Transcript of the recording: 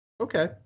Okay